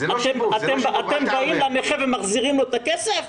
אתם באים לנכה ומחזירים לו את הכסף?